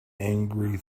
angry